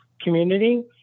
community